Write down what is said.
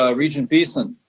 ah regent beeson.